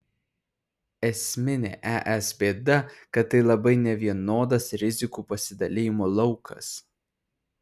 esminė es bėda kad tai labai nevienodas rizikų pasidalijimo laukas